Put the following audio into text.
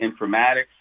informatics